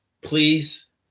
please